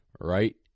Right